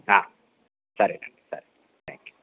సరేనండి సరే thank you